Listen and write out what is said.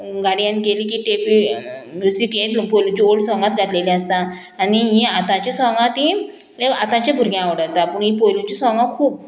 गाडयेन केली की टेपी म्युसीक येतून पोयलुची ओल्ड सोंगांत घातलेली आसता आनी ही आतांची सोंगां ती आतांच्या भुरग्यांक आवडटा पूण ही पोयलुची सोंगां खूब